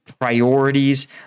priorities